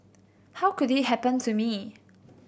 how could it happen to me